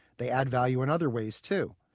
they add value in other ways, too.